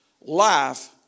life